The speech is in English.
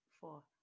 four